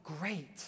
great